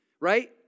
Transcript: right